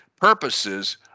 purposes